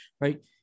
Right